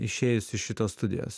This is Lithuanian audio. išėjus iš šitos studijos